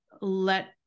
let